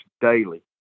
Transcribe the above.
daily